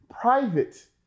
private